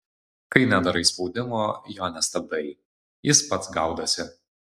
kai nedarai spaudimo jo nestabdai jis pats gaudosi